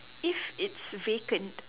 if it's vacant